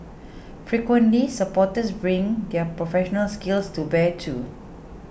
frequently supporters bring their professional skills to bear too